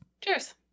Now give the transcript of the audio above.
Cheers